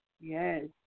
Yes